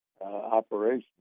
operation